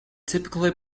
typically